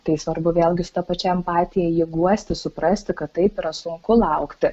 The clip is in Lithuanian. tai svarbu vėlgi su ta pačia empatija jį guosti suprasti kad taip yra sunku laukti